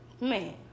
Man